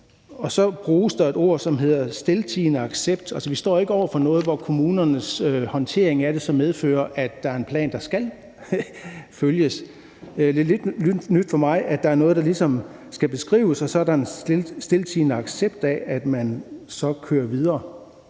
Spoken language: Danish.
og så bruges der et begreb, som hedder stiltiende accept. Vi står ikke over for noget, hvor kommunernes håndtering af det så medfører, at der er en plan, der skal følges. Det er lidt nyt for mig, at der er noget, der skal beskrives, og så er der en stiltiende accept af, at man så kører videre